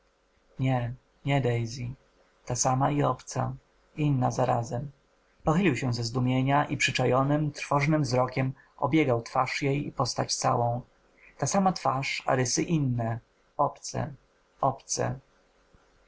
nie nie daisy ta sama i obca inna zarazem pochylił się ze zdumienia i przyczajonym trwożnym wzrokiem obiegał twarz jej i postać całą ta sama twarz a rysy inne obce